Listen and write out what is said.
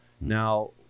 now